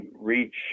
reach